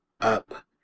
up